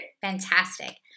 Fantastic